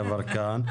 ח"כ יברקן,